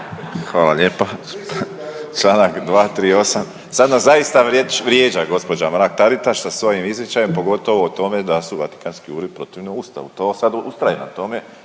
Hvala lijepa.